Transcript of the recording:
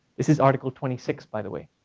this is article twenty six by the way.